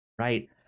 right